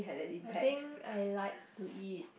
I think I like to eat